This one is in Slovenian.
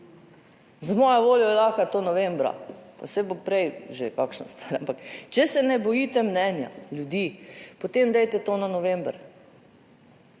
Z mojo voljo je lahko to novembra, pa saj bo prej že kakšna stvar, ampak če se ne bojite mnenja ljudi, potem dajte to na november,